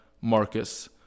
Marcus